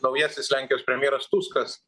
naujasis lenkijos premjeras tuskas